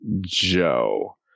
Joe